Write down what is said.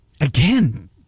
again